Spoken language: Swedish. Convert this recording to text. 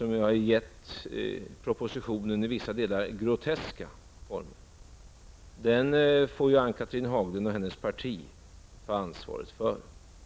vilken i vissa delar har gett propositionen groteska former, får Ann-Cathrine Haglund och hennes parti ta ansvaret för.